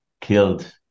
killed